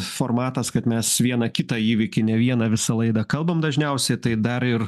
formatas kad mes vieną kitą įvykį ne vieną visą laidą kalbame dažniausiai tai dar ir